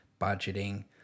budgeting